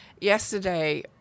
yesterday